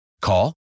Call